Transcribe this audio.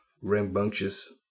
rambunctious